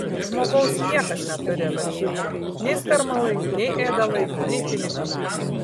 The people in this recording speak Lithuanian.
žmogaus niekas neturi varžyti nei skarmalai nei ėdalai nei pinigai